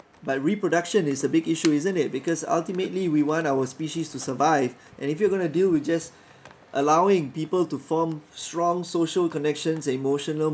but reproduction is a big issue isn't it because ultimately we want our species to survive and if you're gonna deal with just allowing people to form strong social connections and emotional